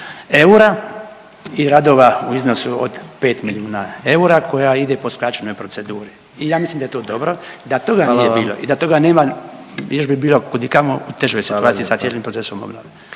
eura i radova u iznosu od 5 milijuna eura koja ide po skraćenoj proceduri i ja mislim da je to dobro i da toga nije bilo .../Upadica: Hvala vam./... i da toga ne bi, još bi bilo kudikamo u težoj situaciji sa cijelim procesom obnove.